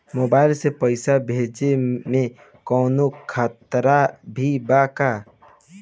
Mobile से पैसा भेजे मे कौनों खतरा भी बा का?